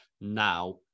now